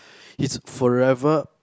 he's forever